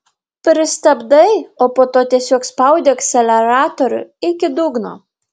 pristabdai o po to tiesiog spaudi akceleratorių iki dugno